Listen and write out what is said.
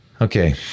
okay